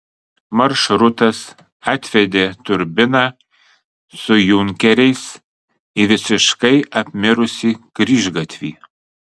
maršrutas atvedė turbiną su junkeriais į visiškai apmirusį kryžgatvį